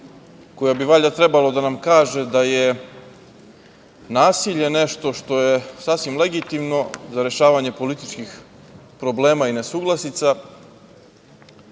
koja bi valjda trebalo da nam kaže da je nasilje nešto što je sasvim legitimno za rešavanje političkih problema i nesuglasica